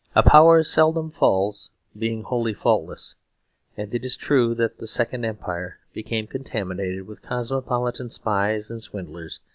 a power seldom falls being wholly faultless and it is true that the second empire became contaminated with cosmopolitan spies and swindlers,